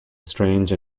strange